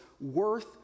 worth